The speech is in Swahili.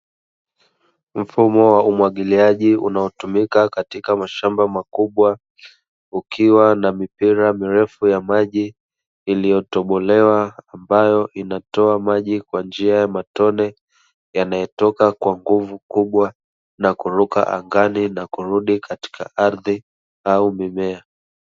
Mfumo wa umwagiliaji unaotumika katika mashamba makubwa ukiwa na mpira mirefu ya maji iliyotobolewa ambayo inatoa maji kwa njia ya matone yanayotoka kwa nguvu kubwa na kuruka angani na kurudi katika ardhi au mimea.